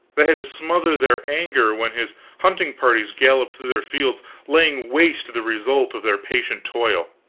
they had to smother their anger when his hunting parties galloped through their fields laying waste the result of their patient toil